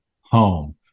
home